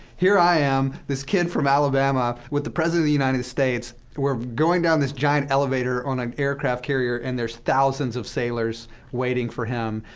here i am, this kid from alabama, with the president of the united states. we're going down this giant elevator on an aircraft carrier, and there's thousands of sailors waiting for him,